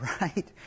right